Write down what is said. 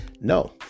No